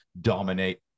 dominate